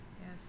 Yes